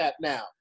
now